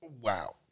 Wow